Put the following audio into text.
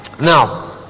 now